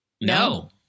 No